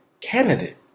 candidate